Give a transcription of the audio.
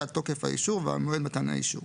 על תוקף האישור ועל מועד מתן האישור.